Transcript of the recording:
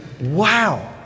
wow